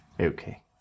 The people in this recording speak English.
Okay